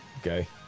Okay